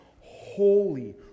holy